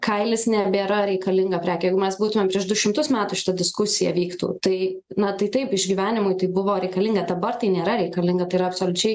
kailis nebėra reikalinga prekė jeigu mes būtumėm prieš du šimtus metų šita diskusija vyktų tai na tai taip išgyvenimui tai buvo reikalinga dabar tai nėra reikalinga tai yra absoliučiai